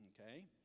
Okay